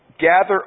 gather